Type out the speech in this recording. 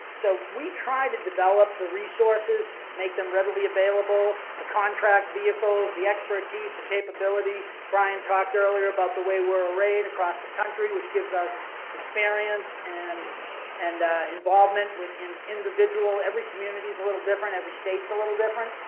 so, we tried to develop the resources make them readily available the contract vehicles, the expertise, the capability, brian talked earlier about the way we're arrayed across the country which gives us experience and and involvement within individual every community is a little different, every state's a little different.